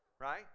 right